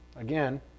Again